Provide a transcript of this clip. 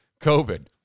COVID